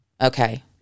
Okay